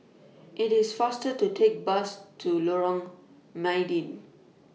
IT IS faster to Take Bus to Lorong Mydin